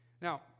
Now